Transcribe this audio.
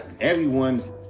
everyone's